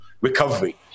recovery